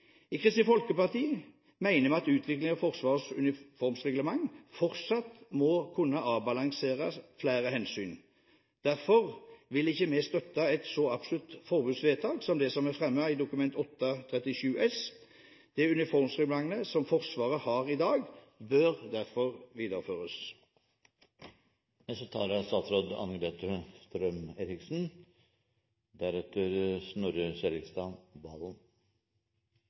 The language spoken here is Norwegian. I Kristelig Folkeparti mener vi at utviklingen av Forsvarets uniformsreglement fortsatt må kunne avbalansere flere hensyn. Derfor vil ikke vi støtte et så absolutt forbudsvedtak som det som er fremmet i Dokument 8:37 S. Det uniformsreglementet som Forsvaret har i dag, bør videreføres.